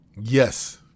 Yes